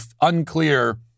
unclear –